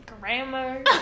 grammar